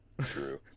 True